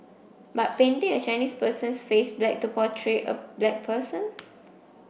but painting a Chinese person's face black to portray a black person